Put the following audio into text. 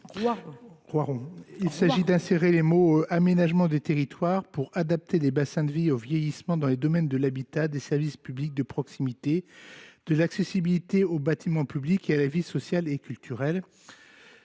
amendements identiques – l’aménagement des territoires pour adapter les bassins de vie au vieillissement dans le domaine de l’habitat, les services publics de proximité, l’accessibilité aux bâtiments publics et à la vie sociale et culturelle